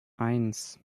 eins